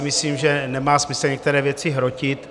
Myslím si, že nemá smysl některé věci hrotit.